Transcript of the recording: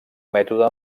mètode